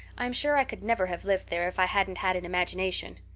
i'm sure i could never have lived there if i hadn't had an imagination.